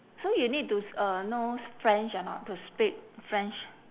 so you need to s~ uh know s~ french or not to speak french